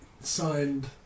signed